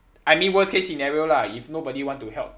I mean worst case scenario lah if nobody want to help